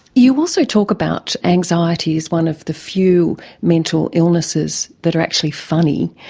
you also talk about anxiety as one of the few mental illnesses that are actually funny,